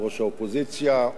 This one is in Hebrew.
יושב-ראש האופוזיציה,